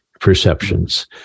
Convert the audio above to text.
perceptions